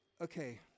Okay